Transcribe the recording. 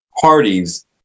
parties